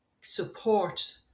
support